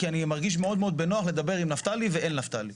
כי אני מרגיש מאוד מאוד בנוח לדבר עם נפתלי ואל נפתלי.